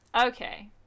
Okay